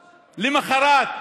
למוחרת,